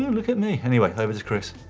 um look at me. anyway, over to chris.